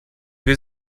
wir